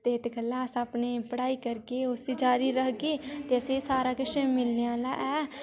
ते इत्त गल्लै अस अपनी पढ़ाई करगे उ'सी जारी रखगे ते अ'सेंंई सारा किश मिलने आह्ला ऐ